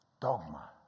dogma